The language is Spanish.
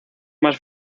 más